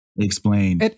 Explain